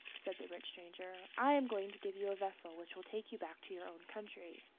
said the rich stranger, i am going to give you a vessel which will take you back to your own country.